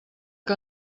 que